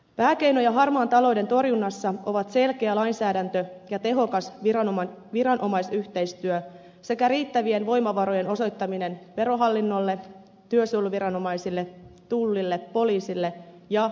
pääkeinoja harmaan talouden torjunnassa ovat selkeä lainsäädäntö ja tehokas viranomaisyhteistyö sekä riittävien voimavarojen osoittaminen verohallinnolle työsuojeluviranomaisille tullille poliisille ja rajaviranomaisille